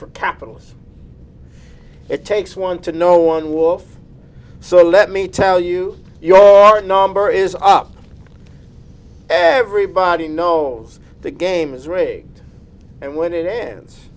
for capitalists it takes one to know one wolf so let me tell you your number is up everybody knows the game is rigged and when it ends